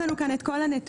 יש לנו כאן את כל הנתונים.